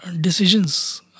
decisions